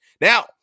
Now